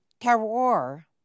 terror